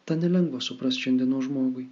tą nelengva suprast šiandienos žmogui